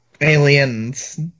aliens